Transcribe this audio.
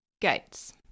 Gates